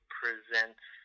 presents